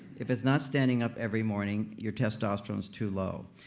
if it's not standing up every morning, your testosterone's too low.